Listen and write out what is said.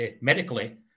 medically